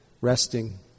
resting